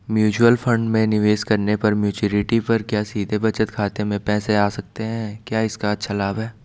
Mutual fund में निवेश करने पर मैच्योरिटी पर क्या सीधे बचत खाते में पैसे आ सकते हैं क्या इसका अच्छा लाभ है?